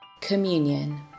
Communion